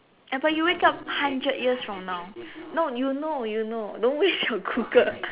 uh but you wake up hundred years from now no you know you know don't waste your Google